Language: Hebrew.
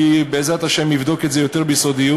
אני, בעזרת השם, אבדוק את זה יותר ביסודיות,